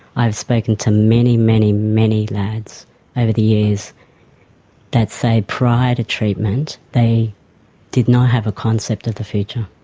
i've spoken to many, many, many lads over the years that say prior to treatment they did not have a concept of the future.